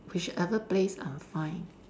whichever place I'm fine